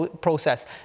process